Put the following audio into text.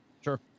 Sure